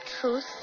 truth